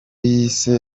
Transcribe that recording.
yise